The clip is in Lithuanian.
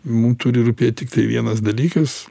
mum turi rūpėt tiktai vienas dalykas